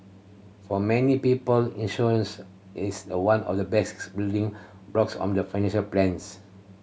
for many people insurance is the one of the basic building blocks of the financial plans